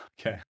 Okay